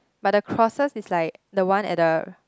but the crosses is like the one at the